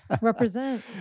represent